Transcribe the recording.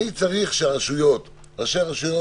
ראשי הרשויות